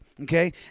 okay